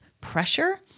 pressure